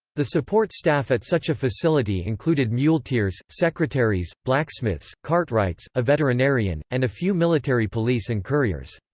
the support staff at such a facility included muleteers, secretaries, blacksmiths, cartwrights, a veterinarian, and a few military police and couriers.